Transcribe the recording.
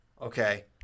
Okay